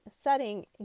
setting